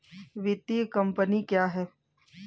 वित्तीय कम्पनी क्या है?